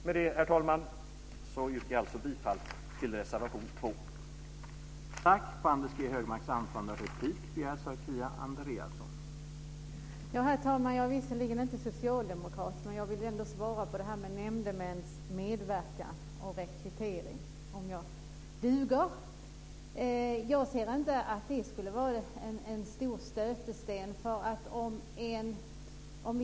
Med det, herr talman, yrkar jag alltså bifall till reservation 2.